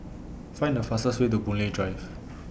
Find The fastest Way to Boon Lay Drive